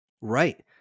right